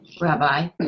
Rabbi